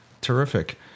Terrific